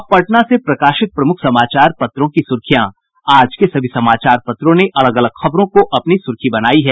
अब पटना से प्रकाशित प्रमुख समाचार पत्रों की सुर्खियां आज के सभी समाचार पत्रों ने अलग अलग खबरों को अपनी सूर्खी बनायी है